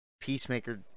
Peacemaker